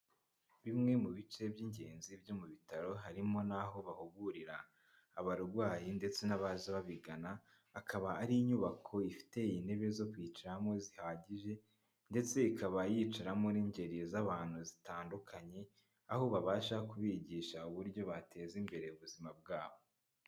Bimwe mu bice by'ingenzi byo mu bitaro harimo n'aho bahugurira abarwayi ndetse n'abaza babigana, akaba ari inyubako ifite intebe zo kwicaramo zihagije ndetse ikaba yicaramo n'ingeri z'abantu zitandukanye, aho babasha kubigisha uburyo bateza imbere ubuzima bwabo.